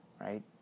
Right